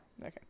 Okay